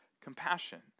compassion